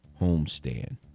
homestand